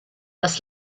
das